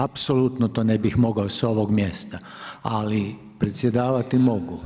Apsolutno to ne bih mogao sa ovoga mjesta, ali predsjedavati mogu.